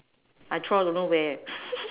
I throw don't know where